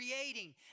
creating